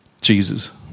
Jesus